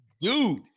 dude